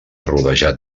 rodejat